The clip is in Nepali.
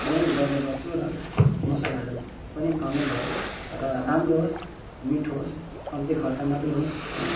नै गर्ने गर्छु र मसलाहरू पनि कमै गर्छु र राम्रो होस् मिठो होस् कम्ती खर्चमा पनि होस् है